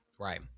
right